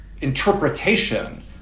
interpretation